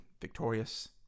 victorious